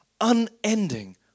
unending